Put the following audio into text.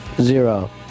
Zero